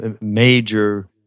major